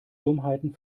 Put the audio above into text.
dummheiten